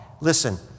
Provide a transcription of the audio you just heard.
listen